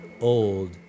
old